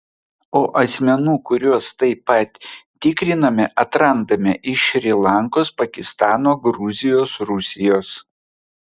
o asmenų kuriuos taip pat tikriname atrandame iš šri lankos pakistano gruzijos rusijos